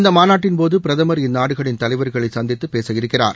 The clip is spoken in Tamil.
இந்த மாநாட்டின்போது பிரதமர் இந்நாடுகளின் தலைவர்களை சந்தித்து பேசவிருக்கிறார்